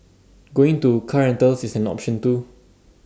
going to car rentals is an option too